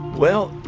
well,